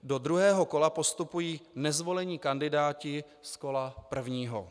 Do druhého kola postupují nezvolení kandidáti z kola prvního.